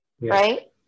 right